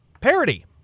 parody